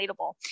relatable